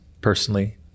personally